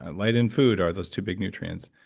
and light and food are those two big nutrients.